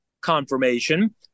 confirmation